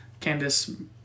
Candice